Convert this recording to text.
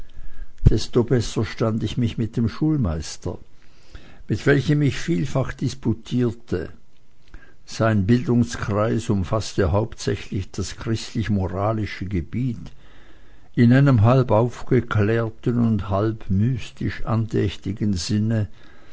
desto besser stand ich mich mit dem schulmeister mit welchem ich vielfach disputierte sein bildungskreis umfaßte hauptsächlich das christlich moralische gebiet in einem halb aufgeklärten und halb mystisch andächtigen sinne